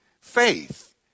faith